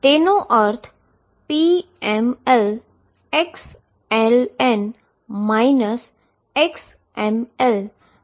તેનો અર્થ pmlxln xmlpln થાય છે